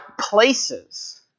places